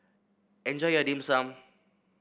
enjoy your Dim Sum